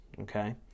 okay